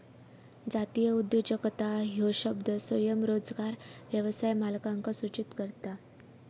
जातीय उद्योजकता ह्यो शब्द स्वयंरोजगार व्यवसाय मालकांका सूचित करता